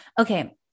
Okay